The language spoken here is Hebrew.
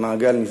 המעגל נסגר.